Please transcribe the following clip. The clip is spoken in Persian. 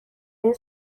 این